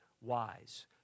wise